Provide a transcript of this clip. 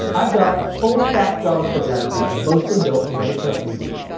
i've got a full stack javascript application mostly built, and ready for us to tweak.